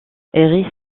héry